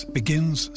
begins